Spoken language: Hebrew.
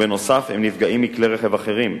ובנוסף, הם נפגעים מכלי-רכב אחרים.